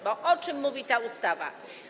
Bo o czym mówi ta ustawa?